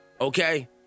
okay